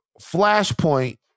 Flashpoint